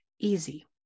easy